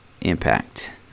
impact